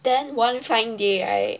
then one fine day right